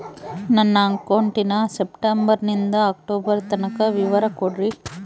ನನ್ನ ಅಕೌಂಟಿನ ಸೆಪ್ಟೆಂಬರನಿಂದ ಅಕ್ಟೋಬರ್ ತನಕ ವಿವರ ಕೊಡ್ರಿ?